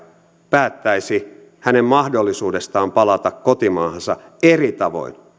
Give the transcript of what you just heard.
päättäisi hänen mahdollisuudestaan palata kotimaahansa eri tavoin